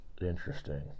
Interesting